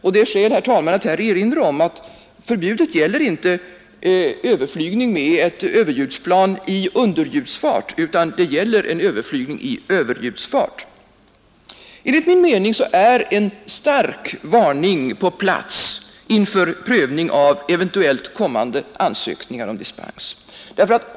Det är skäl, herr talman, att erinra om att förbudet inte gäller överflygning med ett överljudsplan i underljudsfart, utan det gäller överflygning i överljudsfart. Enligt min mening är en stark varning på sin plats inför prövning av eventuellt kommande ansökningar om dispens.